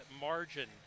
margin